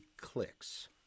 clicks